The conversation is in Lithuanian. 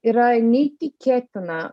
yra neįtikėtina